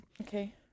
Okay